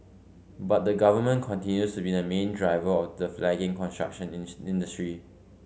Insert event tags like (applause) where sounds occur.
but the Government continues to be the main driver of the flagging construction (unintelligible) industry